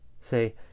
Say